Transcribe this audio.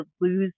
lose